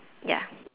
ya